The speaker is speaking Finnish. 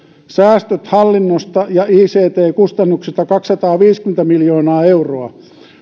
säästöt hallinnosta ja ict kustannuksista kaksisataaviisikymmentä miljoonaa euroa